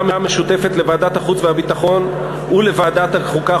המשותפת לוועדת החוץ והביטחון ולוועדת החוקה,